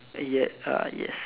yes ah yes